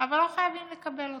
אבל לא חייבים לקבל אותה.